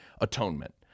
atonement